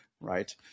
right